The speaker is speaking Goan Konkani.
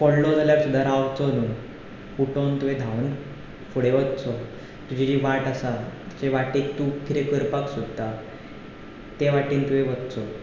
पडलो जाल्यार सुद्दां रावचो न्हू उठोन तुवें धावून फुडें वचचो तुजी जी वाट आसा जे वाटेक तूं कितें करपाक सोदता ते वाटेन तुवें वचचो